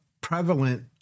prevalent